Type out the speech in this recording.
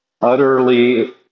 utterly